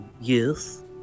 yes